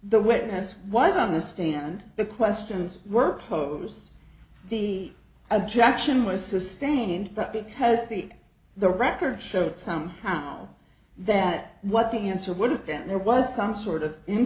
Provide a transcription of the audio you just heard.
the witness was on the stand and the questions were posed the objection was sustained but because the the record showed some how that what the answer would have been there was some sort of in